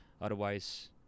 Otherwise